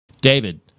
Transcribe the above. David